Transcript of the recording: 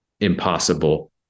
impossible